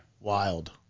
Wild